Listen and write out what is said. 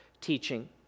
teaching